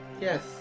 Yes